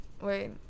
wait